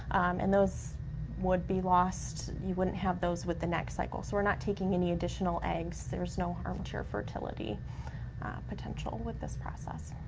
and those would be lost, you wouldn't have those with the next cycle. so we're not taking any additional eggs, there's no harm to your fertility potential with this process.